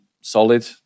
solid